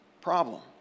problem